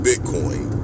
Bitcoin